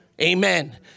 Amen